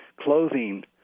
clothing